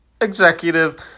executive